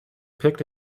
picked